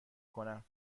کنم